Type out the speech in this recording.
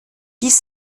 dies